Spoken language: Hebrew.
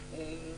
המחיקה.